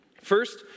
First